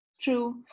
True